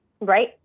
Right